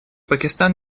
пакистан